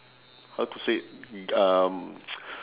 how to say um